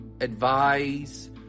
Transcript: advise